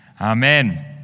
Amen